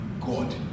God